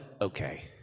okay